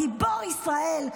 גיבור ישראל,